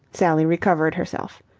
sally recovered herself.